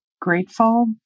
grateful